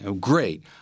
great